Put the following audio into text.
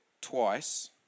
twice